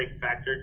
factor